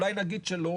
אולי נגיד שלא,